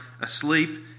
asleep